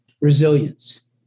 resilience